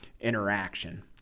interaction